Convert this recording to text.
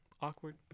awkward